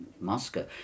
Moscow